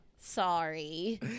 Sorry